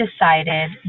decided